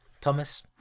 Thomas